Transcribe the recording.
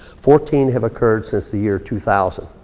fourteen have occurred since the year two thousand.